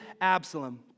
Absalom